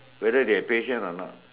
whether they have patient or not